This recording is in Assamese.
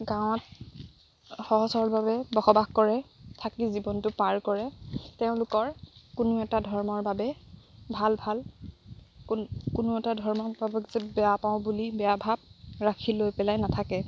গাঁৱত সহজ সৰলভাৱে বসবাস কৰে থাকি জীৱনটো পাৰ কৰে তেওঁলোকৰ কোনো এটা ধৰ্মৰ বাবে ভাল ভাল কোনো এটা ধৰ্মক ভাবক যে বেয়া পাওঁ বুলি বেয়া ভাব ৰাখি লৈ পেলাই নাথাকে